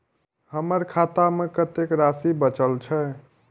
हमर खाता में कतेक राशि बचल छे?